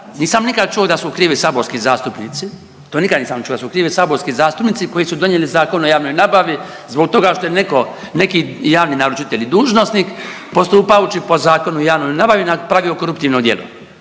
Nisam nikad čuo da su krivi saborski zastupnici, to nisam nikad čuo da su krivi saborski zastupnici koji su donijeli Zakon o javnoj nabavi zbog toga što je netko, neki javni naručitelj i dužnosnik postupajući po Zakonu o javnoj nabavi napravio koruptivno djelo.